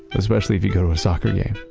especially if you go to a soccer game.